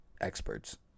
experts